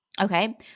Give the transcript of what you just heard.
Okay